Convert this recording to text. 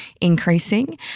increasing